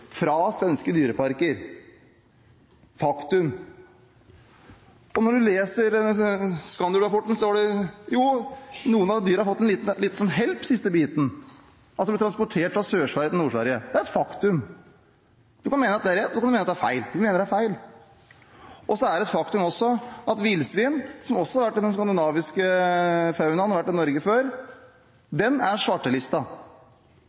fra svenske dyreparker – faktum. Når man leser Skandulv-rapporten, står det at jo, noen av dyrene har fått en liten «hjälp» den siste biten – de er blitt transportert fra Sør-Sverige til Nord-Sverige. Det er et faktum. Men man kan mene at det er rett, og man kan mene at det er feil. Vi mener at det er feil. Det er også et faktum at villsvin, som også har vært i den skandinaviske faunaen og vært i Norge